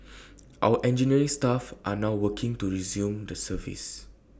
our engineering staff are now working to resume the service